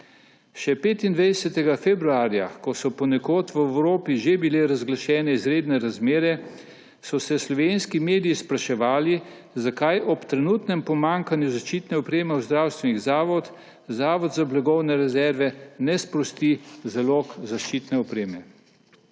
Še 25. februarja, ko so ponekod v Evropi že bile razglašene izredne razmere, so se slovenski mediji spraševali, zakaj ob trenutnem pomanjkanju zaščitne opreme v zdravstvenih zavodih Zavod za blagovne rezerve ne sprosti zalog zaščitne opreme.